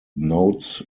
notes